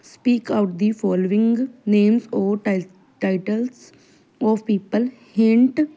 speak out the following names or ਟਾਈ titles of people hint